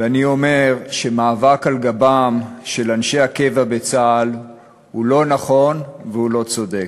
ואני אומר שמאבק על גבם של אנשי הקבע בצה"ל הוא לא נכון והוא לא צודק.